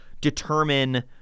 determine